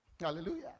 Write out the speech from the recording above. Hallelujah